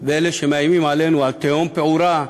לאלה שמאיימים עלינו ב"תהום פעורה"